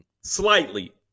slightly